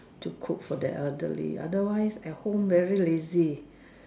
to cook for the elderly otherwise at home very lazy